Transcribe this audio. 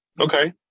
Okay